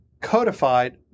codified